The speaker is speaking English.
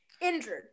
injured